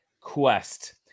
quest